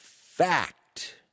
fact